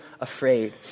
afraid